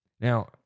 Now